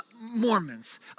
Mormons